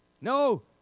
No